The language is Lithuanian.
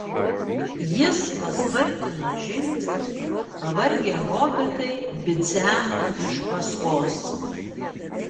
jis paspartino žingsnį pavargę hobitai bidzeno iš paskos